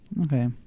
Okay